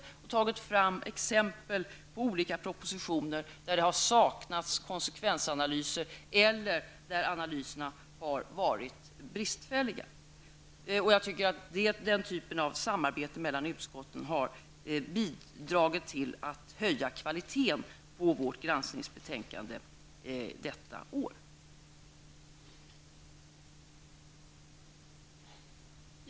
Det har tagits fram exempel på olika propositioner där det har saknats konsekvensanalyser eller där analyserna har varit bristfälliga. Jag tycker att den typen av samarbete mellan utskotten har bidragit till att höja kvaliteten på vårt granskningsbetänkande detta år.